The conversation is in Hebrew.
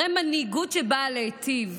הרי מנהיגות שבאה להיטיב